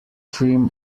trim